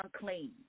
unclean